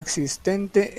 existente